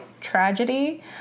tragedy